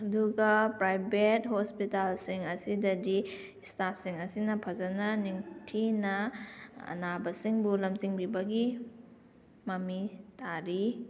ꯑꯗꯨꯒ ꯄ꯭ꯔꯥꯏꯕꯦꯠ ꯍꯣꯁꯄꯤꯇꯥꯜꯁꯤꯡ ꯑꯁꯤꯗꯗꯤ ꯏꯁꯇꯥꯐꯁꯤꯡ ꯑꯁꯤꯅ ꯐꯖꯕ ꯅꯤꯡꯊꯤꯅ ꯑꯅꯥꯕꯁꯤꯡꯕꯨ ꯂꯝꯖꯤꯡꯕꯤꯕꯒꯤ ꯃꯃꯤ ꯇꯥꯔꯤ